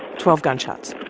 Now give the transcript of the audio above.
twelve gunshots